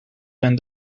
been